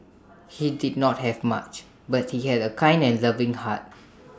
he did not have much but he had A kind and loving heart